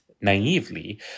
naively